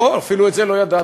אוה, אפילו את זה לא ידעתי.